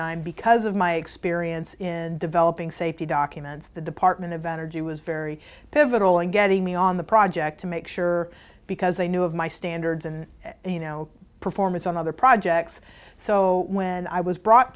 nine because of my experience in developing safety documents the department of energy was very pivotal in getting me on the project to make sure because i knew of my standards and you know performance on other projects so when i was brought